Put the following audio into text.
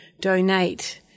donate